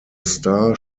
star